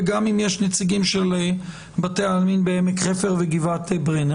וגם נציגים של בתי העלמין בעמק חפר וגבעת ברנר,